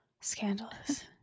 Scandalous